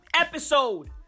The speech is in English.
Episode